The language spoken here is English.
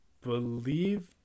believe